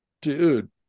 dude